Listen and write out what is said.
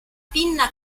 pinna